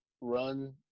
run